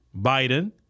Biden